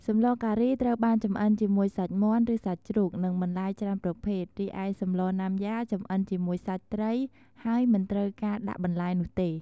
សម្លការី ត្រូវបានចម្អិនជាមួយសាច់មាន់ ឬសាច់ជ្រូក និងបន្លែច្រើនប្រភេទ រីឯសម្លណាំយ៉ាចំអិនជាមួយសាច់ត្រី ហើយមិនត្រូវការដាក់បន្លែនោះទេ។